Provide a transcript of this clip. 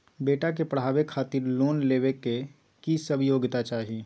बेटा के पढाबै खातिर लोन लेबै के की सब योग्यता चाही?